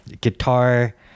guitar